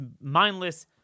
mindless